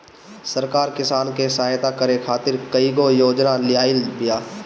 सरकार किसान के सहयता करे खातिर कईगो योजना लियाइल बिया